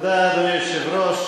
אדוני היושב-ראש,